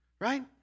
right